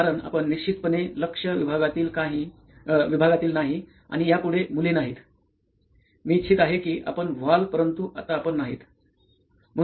कारण आपण निश्चितपणे लक्ष्य विभागातील नाही आणि यापुढे मुले नाहीत मी इच्छित आहे की आपण व्हाल परंतु आता आपण नाहीत